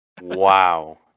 Wow